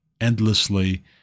endlessly